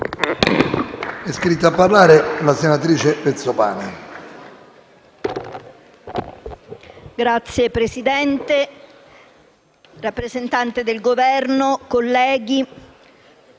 Signor Presidente, rappresentante del Governo, colleghi,